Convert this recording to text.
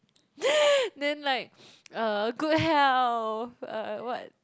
then like uh good health uh what